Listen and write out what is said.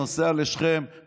נוסע לשכם,